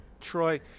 Troy